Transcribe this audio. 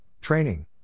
training